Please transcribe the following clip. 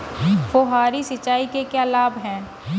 फुहारी सिंचाई के क्या लाभ हैं?